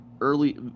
early